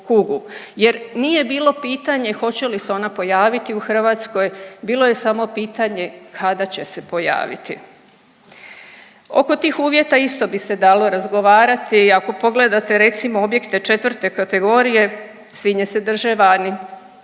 jer nije bilo pitanje hoće li se ona pojaviti u Hrvatskoj, bilo je samo pitanje kada će se pojaviti. Oko tih uvjeta isto bi se dalo razgovarati, ako pogledate recimo objekte 4. kategorije svinje se drže vani,